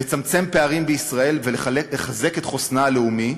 לצמצם פערים בישראל ולחזק את חוסנה הלאומי,